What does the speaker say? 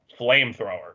Flamethrower